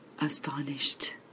astonished